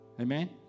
amen